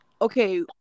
okay